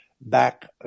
back